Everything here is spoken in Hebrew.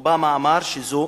אובמה אמר שזאת